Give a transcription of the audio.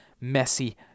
messy